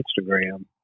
Instagram